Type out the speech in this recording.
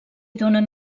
donen